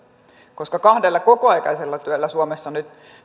koska yhdelläkin kokoaikaisella työllä suomessa nyt